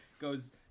goes